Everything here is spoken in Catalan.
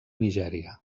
nigèria